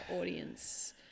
audience